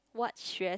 what stress